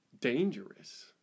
dangerous